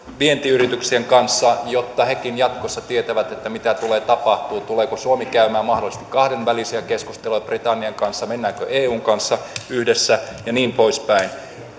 vientiyrityksien kanssa jotta nekin jatkossa tietävät mitä tulee tapahtumaan tuleeko suomi käymään mahdollisesti kahdenvälisiä keskusteluja britannian kanssa mennäänkö eun kanssa yhdessä ja niin poispäin